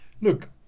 Look